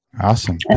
Awesome